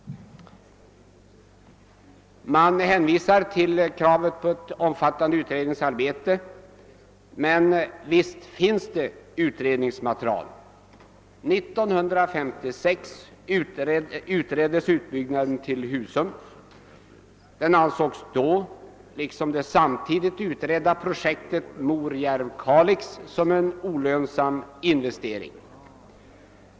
Man hänvisar till kravet på ett omfattande utredningsarbete. Visst finns det utredningsmaterial! år 1956 utreddes frågan om utbyggnaden till Husum. Den ansågs då liksom det samtidigt utredda projektet Morjärv—Kalix som en olönsam investering.